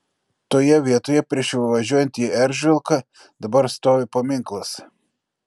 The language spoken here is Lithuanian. toje vietoje prieš įvažiuojant į eržvilką dabar stovi paminklas